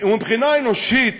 מבחינה אנושית